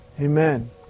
Amen